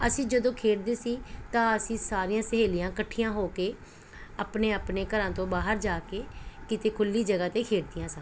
ਅਸੀਂ ਜਦੋਂ ਖੇਡਦੇ ਸੀ ਤਾਂ ਅਸੀਂ ਸਾਰੀਆਂ ਸਹੇਲੀਆਂ ਇਕੱਠੀਆਂ ਹੋ ਕੇ ਆਪਣੇ ਆਪਣੇ ਘਰਾਂ ਤੋਂ ਬਾਹਰ ਜਾ ਕੇ ਕਿਤੇ ਖੁੱਲ੍ਹੀ ਜਗ੍ਹਾ 'ਤੇ ਖੇਡਦੀਆਂ ਸਾਂ